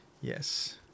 Yes